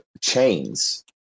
chains